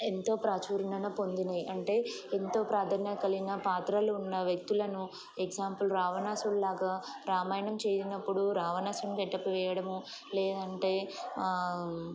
ఎంతో ప్రాచుర్ణన పొందినాయి అంటే ఎంతో ప్రాధాన్య కలిగిన పాత్రలు ఉన్న వ్యక్తులను ఎగ్జాంపుల్ రావణాసుల్లాగా రామాయణం చేసినప్పుడు రావణాసుని గెటపు వేయడము లేదంటే